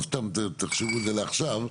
אבל סתם תחשבו את זה לעכשיו.